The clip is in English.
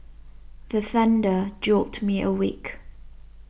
the thunder jolt me awake